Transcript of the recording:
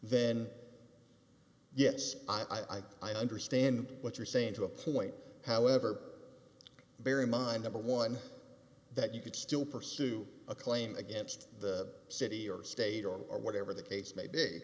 then yes i think i understand what you're saying to a point however bear in mind number one that you could still pursue a claim against the city or state or whatever the case may b